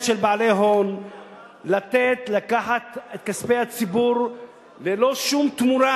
של בעלי הון לקחת את כספי הציבור ללא שום תמורה.